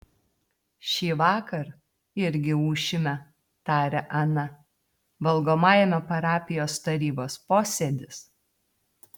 šįvakar irgi ūšime tarė ana valgomajame parapijos tarybos posėdis